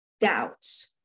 doubts